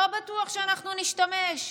לא בטוח שאנחנו נשתמש.